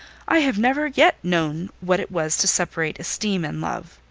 i have never yet known what it was to separate esteem and love.